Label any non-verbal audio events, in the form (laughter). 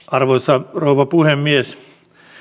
(unintelligible) arvoisa rouva puhemies